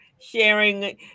sharing